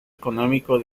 económico